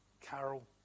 carol